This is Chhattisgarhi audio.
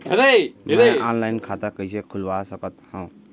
मैं ऑनलाइन खाता कइसे खुलवा सकत हव?